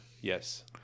Yes